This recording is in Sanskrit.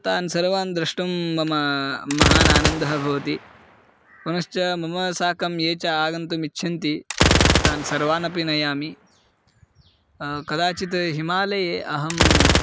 तान् सर्वान् द्रष्टुं मम महान् आनन्दः भवति पुनश्च मम साकं ये च आगन्तुमिच्छन्ति तान् सर्वान् अपि नयामि कदाचित् हिमालये अहं